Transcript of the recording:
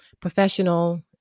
professional